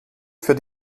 für